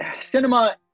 cinema